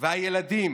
והילדים